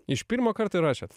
iš pirmo karto įrašėt